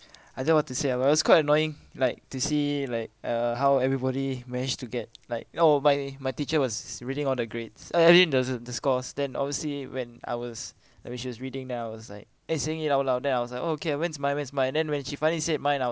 I don't know what to say but I was quite annoying like to see like uh how everybody managed to get like oh my my teacher was reading all the grades I I mean the the scores then obviously when I was like when she was reading then I was like eh saying it out loud then I was like oh okay when is mine when is mine and then when she finally said mine out